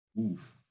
Oof